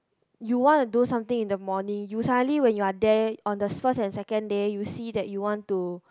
you wanna do something in the morning you suddenly when you are there on the first and second day you see that you want to